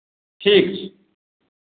ठीक छै